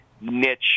niche